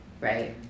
Right